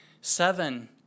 Seven